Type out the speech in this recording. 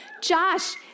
Josh